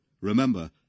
remember